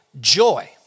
joy